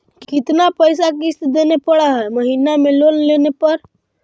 कितना पैसा किस्त देने पड़ है महीना में लोन लेने पर?